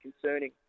concerning